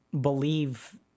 believe